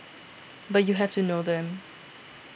but you have to know them